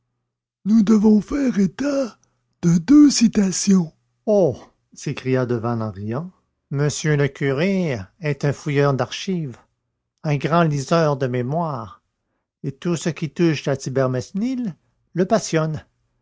nous devons faire état de deux citations oh s'écria devanne en riant m le curé est un fouilleur d'archives un grand liseur de mémoires et tout ce qui touche à thibermesnil le passionne